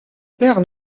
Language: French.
père